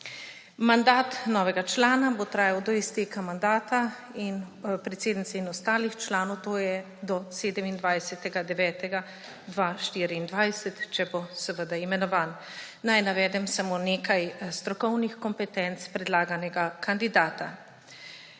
Mandat novega člana bo trajal do izteka mandata predsednice in ostalih članov, to je do 27. 9. 2024, če bo seveda imenovan. Naj navedem samo nekaj strokovnih kompetenc predlaganega kandidata.